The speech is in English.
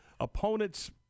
opponents